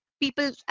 people